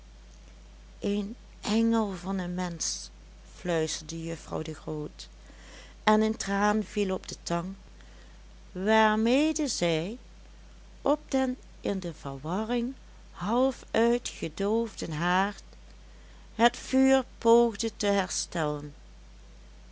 een engel van een mensch fluisterde juffrouw de groot en een traan viel op de tang waarmede zij op den in de verwarring half uitgedoofden haard het vuur poogde te herstellen